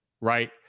right